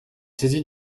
saisi